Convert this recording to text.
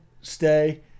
stay